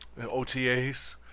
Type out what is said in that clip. OTAs